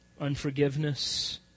Unforgiveness